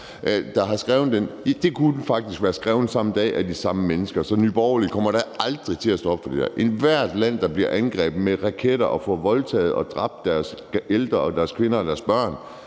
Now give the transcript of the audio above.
Det kunne faktisk være skrevet samme dag af de samme mennesker. Så Nye Borgerlige kommer da aldrig til at stå op for det her. Enhvert land, der bliver angrebet med raketter og får voldtaget og dræbt deres ældre, deres kvinder og deres børn,